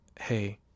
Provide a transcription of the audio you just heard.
hey